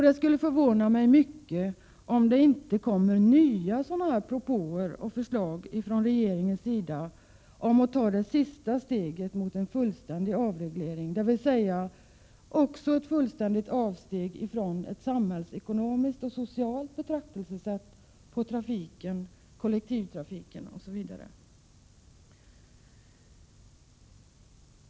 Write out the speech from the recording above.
Det skulle förvåna mig mycket om det inte kom nya sådana här propåer och förslag från regeringen om att ta det slutliga steget mot en fullständig avreglering, dvs. även ett totalt avsteg från ett samhällsekonomiskt och socialt betraktelsesätt när det gäller trafiken, kollektivtrafiken osv.